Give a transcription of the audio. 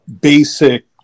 basic